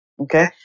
Okay